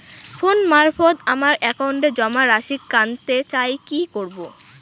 Phone মারফত আমার একাউন্টে জমা রাশি কান্তে চাই কি করবো?